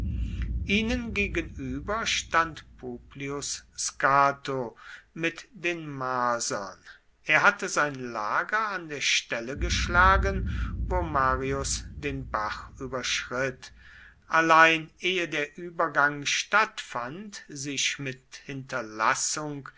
ihnen gegenüber stand publius scato mit den marsern er hatte sein lager an der stelle geschlagen wo marius den bach überschritt allein ehe der übergang stattfand sich mit hinterlassung